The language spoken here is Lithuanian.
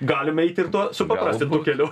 galim eiti ir tuo supaprastintu keliu